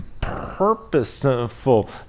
purposeful